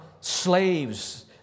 slaves